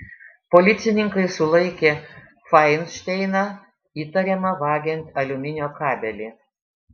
policininkai sulaikė fainšteiną įtariamą vagiant aliuminio kabelį